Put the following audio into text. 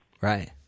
Right